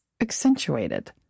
accentuated